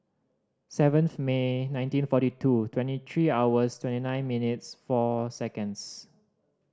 seventh May nineteen forty two twenty three hours twenty nine minutes four seconds